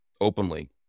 openly